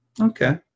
Okay